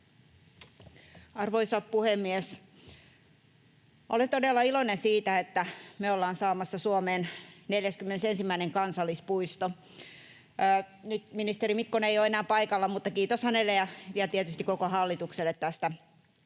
Arvoisa puhemies! Olen todella iloinen siitä, että me ollaan saamassa Suomeen 41. kansallispuisto. Nyt ministeri Mikkonen ei ole enää paikalla, mutta kiitos hänelle ja tietysti koko hallitukselle tästä